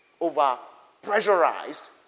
over-pressurized